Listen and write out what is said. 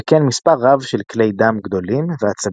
וכן מספר רב של כלי דם גדולים ועצבים.